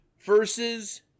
versus